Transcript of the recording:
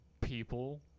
people